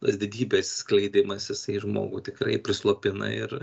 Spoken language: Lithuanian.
tas didybės skleidimasis į žmogų tikrai prislopina ir